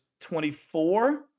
24